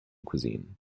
cuisine